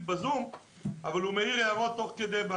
ב-זום אבל הוא מעיר בצ'ט הערות תוך כדי.